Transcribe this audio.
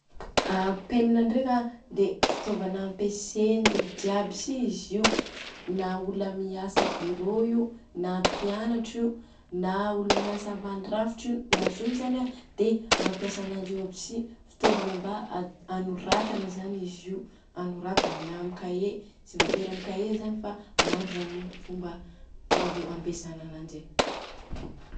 Aa penina ndreka dia fitaovana ampiasain'olona jiaby si izy io, na olona miasa am birô io na mpianatra, na olona miasa mandrafitra io, na zovy zany a dia mampiasa ananjy io aby si, fitôvana mba anoratana zany izy io, anoratana na amin'ny cahier, tsy vôtery amin'ny cahier zany an fa maro zany an fomba azo ampiasaina ananjy.